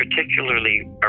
particularly